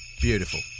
Beautiful